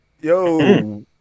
yo